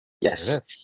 Yes